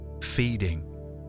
Feeding